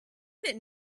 minute